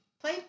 play